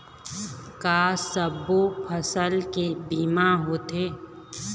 का सब्बो फसल के बीमा होथे?